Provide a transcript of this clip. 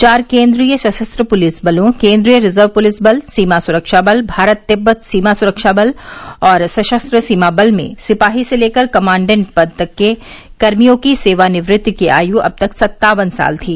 चार केन्द्रीय सशस्त्र पुलिस बलों केन्द्रीय रिजर्व पुलिस बल सीमा सुरक्षा बल भारत तिब्बत सीमा सुरक्षा बल और सशस्त्र सीमा बल में सिपाही से लेकर कमाडेंट पद तक के कर्मियों की सेवानिवृत्ति की आयु अब तक सत्तावन साल थी